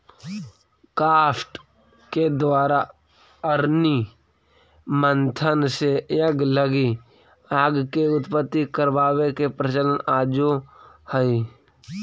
काष्ठ के द्वारा अरणि मन्थन से यज्ञ लगी आग के उत्पत्ति करवावे के प्रचलन आजो हई